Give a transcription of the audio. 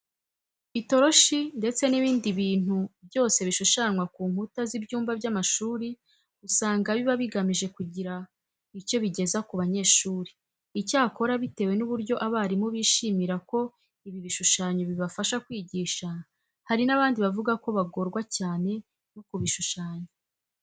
Itoroshi ndetse n'ibindi bintu byose bishushanwa ku nkuta z'ibyumba by'amashuri usanga biba bigamije kugira icyo bigeza ku banyeshuri. Icyakora bitewe n'uburyo abarimu bishimira ko ibi bishushanyo bibafasha kwigisha, hari n'abandi bavuga ko bagorwa cyane no kubishushanya.